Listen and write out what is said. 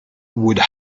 would